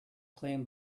claim